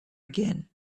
again